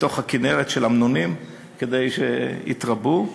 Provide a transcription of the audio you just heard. לתוך הכינרת, של אמנונים, כדי שיתרבו.